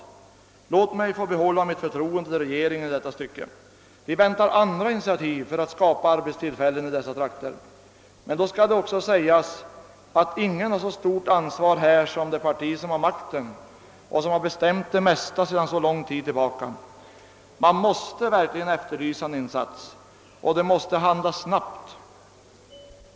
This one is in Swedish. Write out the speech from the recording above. Låt mig få behålla mitt förtroende till regeringen i detta stycke! Vi väntar andra initiativ för att skapa arbetstillfällen i dessa trakter. Men då skall det också sägas, att ingen har så stort ansvar här som det parti som har makten och som har bestämt det mesta sedan lång tid tillbaka. Man måste efterlysa en insats. Och det måste handlas snabbt!